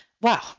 wow